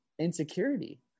insecurity